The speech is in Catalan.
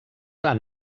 han